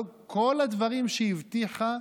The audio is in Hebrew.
כל הדברים שהבטיחה,